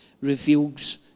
reveals